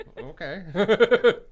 Okay